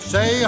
Say